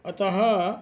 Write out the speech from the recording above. अतः